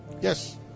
yes